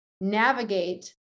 navigate